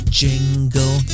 jingle